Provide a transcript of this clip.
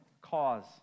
Cause